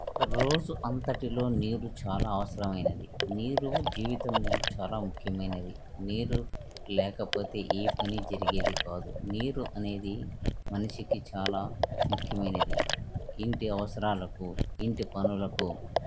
రోజు అంతటిలో నీరు చాలా అవసరమైనది నీరు జీవితం చాలా ముఖ్యమైనది నీరు లేకపోతే ఏ పని జరిగేది కాదు నీరు అనేది మనిషికి చాలా ముఖ్యమైనది ఇంటి అవసరాలకు ఇంటి పనులకు